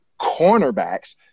cornerbacks